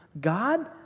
God